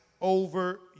over